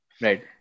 Right